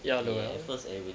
ya the